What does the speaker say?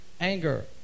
anger